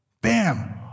bam